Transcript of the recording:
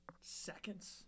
seconds